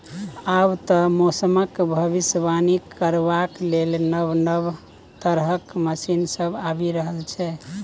आब तए मौसमक भबिसबाणी करबाक लेल नब नब तरहक मशीन सब आबि रहल छै